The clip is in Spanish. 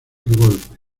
golpe